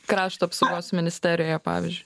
krašto apsaugos ministerijoje pavyzdžiui